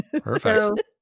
Perfect